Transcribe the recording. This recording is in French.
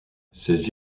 ces